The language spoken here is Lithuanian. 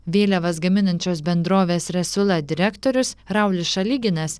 vėliavas gaminančios bendrovės resiula direktorius raulis šalyginas